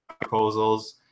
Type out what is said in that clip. proposals